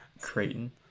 Creighton